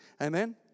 amen